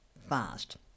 fast